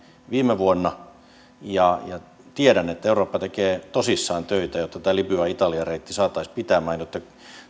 viime vuonna tiedän että eurooppa tekee tosissaan töitä jotta tämä libya italia reitti saataisiin pitämään jotta